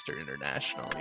International